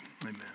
Amen